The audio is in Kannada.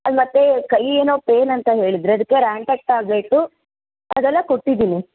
ಮತ್ತು ಕೈ ಏನೋ ಪೈನ್ ಅಂತ ಹೇಳಿದ್ದಿರಿ ಅದಕ್ಕೆ ರಾಂಟಾಕ್ ಟಾಬ್ಲೆಟ್ಟು ಅದೆಲ್ಲ ಕೊಟ್ಟಿದ್ದೀನಿ